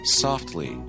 softly